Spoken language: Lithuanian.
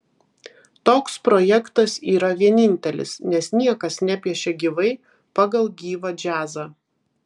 toks projektas yra vienintelis nes niekas nepiešia gyvai pagal gyvą džiazą